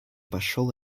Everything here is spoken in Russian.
пошел